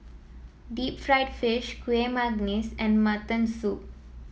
Deep Fried Fish Kueh Manggis and Mutton Soup